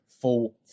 full